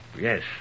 Yes